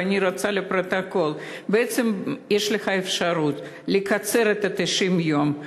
אני רוצה לומר לפרוטוקול: בעצם יש לך אפשרות לקצר את 90 היום,